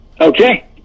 Okay